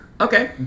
Okay